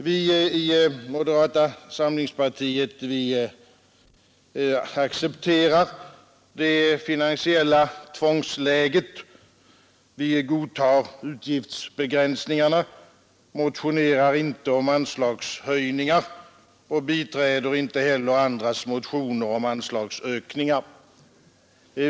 Vi i moderata samlingspartiet accepterar det finansiella tvångsläget. Vi godtar utgiftsbegränsningarna, motionerar inte om anslagshöjningar och biträder inte heller andras motioner om anslagsökningar.